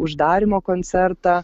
uždarymo koncertą